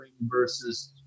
versus